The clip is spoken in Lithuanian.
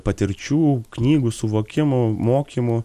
patirčių knygų suvokimų mokymų